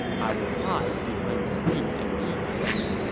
i will hide behind the screen and eavesdrop.